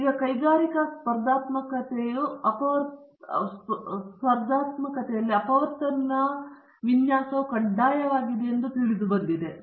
ಮತ್ತು ಈಗ ಕೈಗಾರಿಕಾ ಸ್ಪರ್ಧಾತ್ಮಕತೆಯ ಅಪವರ್ತನ ವಿನ್ಯಾಸವು ಕಡ್ಡಾಯವಾಗಿದೆ ಎಂದು ತಿಳಿದುಬಂದಿದೆ